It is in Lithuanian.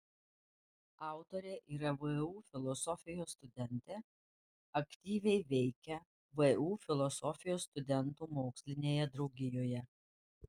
autorė yra vu filosofijos studentė aktyviai veikia vu filosofijos studentų mokslinėje draugijoje